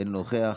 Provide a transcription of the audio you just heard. אינו נוכח,